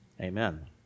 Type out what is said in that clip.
amen